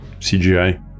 cgi